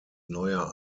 neuer